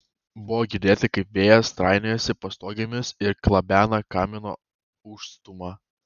buvo girdėti kaip vėjas trainiojasi pastogėmis ir klabena kamino užstūmą